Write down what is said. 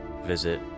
visit